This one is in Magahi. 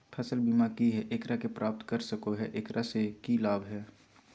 फसल बीमा की है, एकरा के प्राप्त कर सको है, एकरा से की लाभ है?